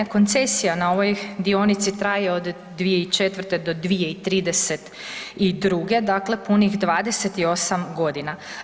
Koncesija na ovoj dionici traje od 2004. do 2032. dakle punih 28 godina.